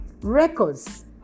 Records